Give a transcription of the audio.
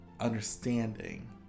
Understanding